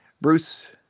Bruce